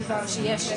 דרך אגב, אני אוסיף,